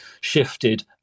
shifted